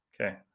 Okay